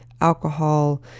alcohol